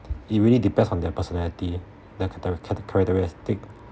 it really depends on their personality their character characteristic